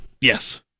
yes